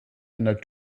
einer